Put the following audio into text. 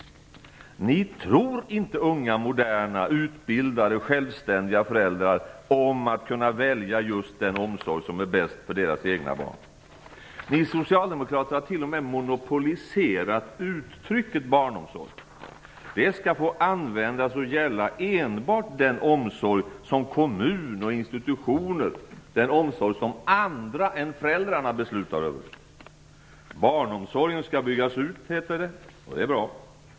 Ni tror inte unga, moderna, utbildade och självständiga föräldrar om att kunna välja just den omsorg som är bäst för deras egna barn. Ni socialdemokrater har t.o.m. monopoliserat uttrycket barnomsorg. Det skall få gälla och användas enbart om den omsorg som kommun och institutioner och andra än föräldrarna beslutar över. Barnomsorgen skall byggas ut, heter det, och det är bra.